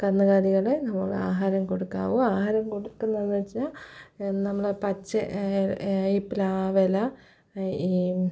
കന്നുകാലികൾ നമ്മൾ ആഹാരം കൊടുക്കാവൂ ആഹാരം കൊടുക്കുന്നു എന്നു വച്ചാൽ നമ്മൾ പച്ച ഈ പ്ലാവില ഈ